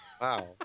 Wow